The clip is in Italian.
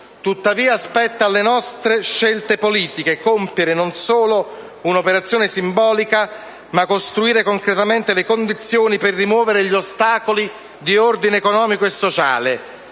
tuttavia spetta alle nostre scelte politiche non solo compiere un'operazione simbolica, ma costruire concretamente le condizioni per rimuovere gli ostacoli di ordine economico e sociale,